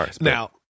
Now